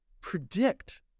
predict